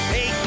Hey